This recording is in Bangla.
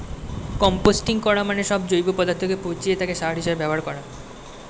কম্পোস্টিং করা মানে যখন জৈব পদার্থকে পচিয়ে তাকে সার হিসেবে ব্যবহার করা হয়